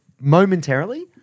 momentarily